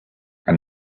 and